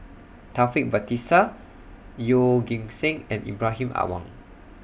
Taufik Batisah Yeoh Ghim Seng and Ibrahim Awang